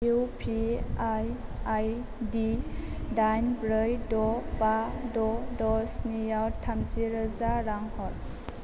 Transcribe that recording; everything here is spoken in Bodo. इउपिआइ आइडि दाइन ब्रै द' बा द' द' स्निआव थामजि रोजा रां हर